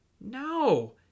No